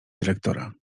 dyrektora